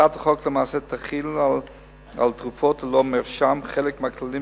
הצעת החוק תחיל למעשה על תרופות ללא מרשם חלק מהכללים